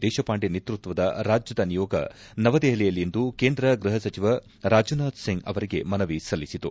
ದೇಶಪಾಂಡೆ ನೇತೃತ್ವದ ರಾಜ್ಯದ ನಿಯೋಗ ನವದೆಹಲಿಯಲ್ಲಿಂದು ಕೇಂದ್ರ ಗೃಪ ಸಚಿವ ರಾಜನಾಥ್ ಸಿಂಗ್ ಅವರಿಗೆ ಮನವಿ ಸಲ್ಲಿಸಿತು